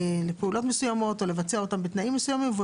פעולות מסוימות או לבצע אותם בתנאים מסוימים,